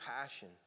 passion